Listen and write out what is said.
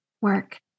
work